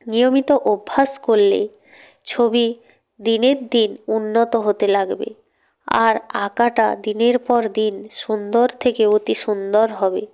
নিয়মিত অভ্যাস করলেই ছবি দিনের দিন উন্নত হতে লাগবে আর আঁকাটা দিনের পর দিন সুন্দর থেকে অতি সুন্দর হবে